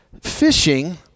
fishing